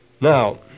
Now